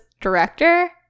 director